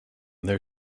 their